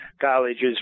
colleges